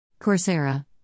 Coursera